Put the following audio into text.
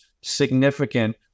significant